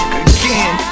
again